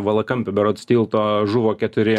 valakampių berods tilto žuvo keturi